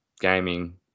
gaming